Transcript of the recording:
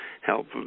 help